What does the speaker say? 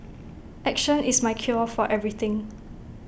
action is my cure for everything